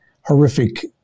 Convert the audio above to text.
horrific